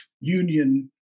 union